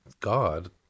God